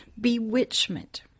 bewitchment